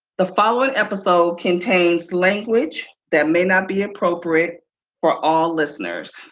the following episode contains language that may not be appropriate for all listeners.